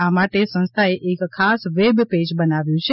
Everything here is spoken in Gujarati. આ માટે સંસ્થાએ એક ખાસ વેબપેજ બનાવ્યું છે